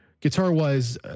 Guitar-wise